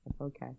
okay